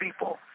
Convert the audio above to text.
people